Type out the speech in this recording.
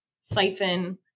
siphon